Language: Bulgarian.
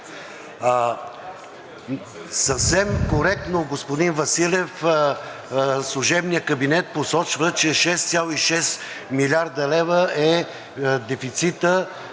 Съвсем коректно, господин Василев, служебният кабинет посочва, че 6,6 млрд. лв. е дефицитът,